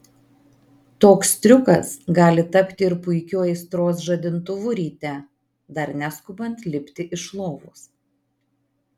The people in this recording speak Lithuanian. toks triukas gali tapti ir puikiu aistros žadintuvu ryte dar neskubant lipti iš lovos